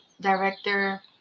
director